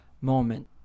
moment